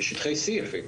בשטחי C אפילו,